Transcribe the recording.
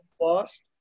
lost